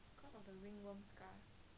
oh my god quite jialat eh